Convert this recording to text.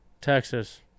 Texas